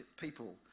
people